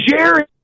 Jerry